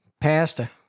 pasta